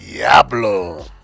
Diablo